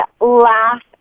laugh